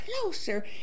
closer